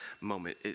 moment